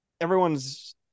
everyone's